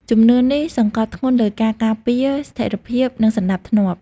ជំនឿនេះសង្កត់ធ្ងន់លើការការពារ ស្ថិរភាព និងសណ្ដាប់ធ្នាប់។